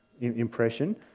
impression